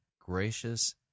gracious